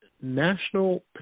National